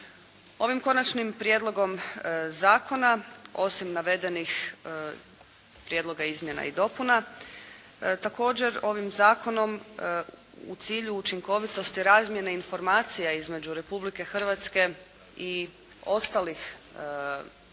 Ovim Konačnim prijedlogom zakona osim navedenih prijedloga izmjena i dopuna također ovim zakonom u cilju učinkovitosti razmjene informacija između Republike Hrvatske i ostalih, dakle